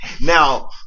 Now